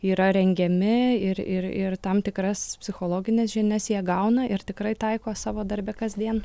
yra rengiami ir ir ir tam tikras psichologines žinias jie gauna ir tikrai taiko savo darbe kasdien